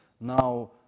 now